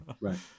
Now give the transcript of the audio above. right